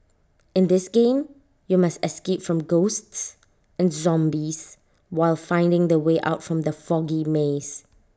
in this game you must escape from ghosts and zombies while finding the way out from the foggy maze